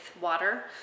water